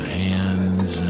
hands